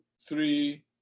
three